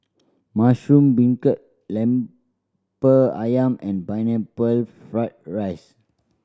mushroom beancurd Lemper Ayam and Pineapple Fried rice